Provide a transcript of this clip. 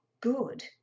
good